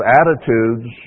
attitudes